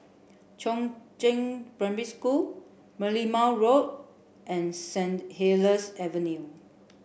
Chongzheng Primary School Merlimau Road and Saint Helier's Avenue